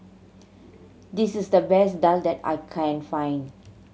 this is the best daal that I can find